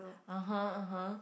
(uh huh) (uh huh)